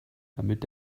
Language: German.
damit